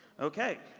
okay.